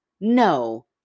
No